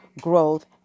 growth